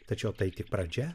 tačiau tai tik pradžia